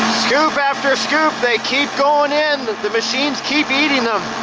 scoop after scoop, they keep going in, the machines keep eating them.